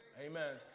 Amen